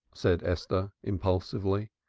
said esther impulsively.